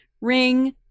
Ring